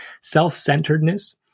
self-centeredness